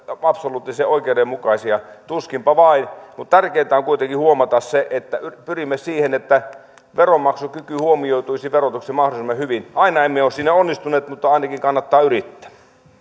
absoluuttisen oikeudenmukaisia tuskinpa vain mutta tärkeintä on kuitenkin huomata se että pyrimme siihen että veronmaksukyky huomioituisi verotuksessa mahdollisimman hyvin aina emme ole siinä onnistuneet mutta ainakin kannattaa yrittää